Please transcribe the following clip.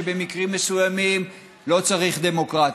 חלק הסבירו לי שבמקרים מסוימים לא צריך דמוקרטיה.